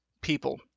people